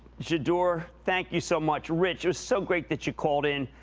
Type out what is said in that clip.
j'adore, thank you so much. rich, it was so great that you called in.